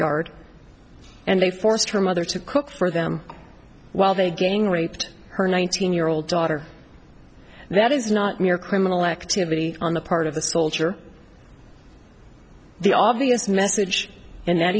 yard and they forced her mother to cook for them while they gang raped her nineteen year old daughter that is not mere criminal activity on the part of the soldier the obvious message in that